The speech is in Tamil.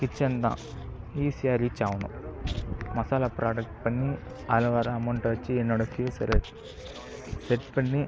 கிச்சன் தான் ஈஸியாக ரீச் ஆகணும் மசாலா ப்ராடெக்ட் பண்ணி அதில் வர அமௌண்ட்டை வச்சு என்னோடய ஃப்யூச்சரு செட் பண்ணி